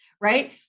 Right